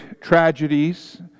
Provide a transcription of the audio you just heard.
tragedies